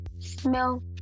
Smell